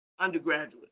undergraduate